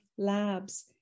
Labs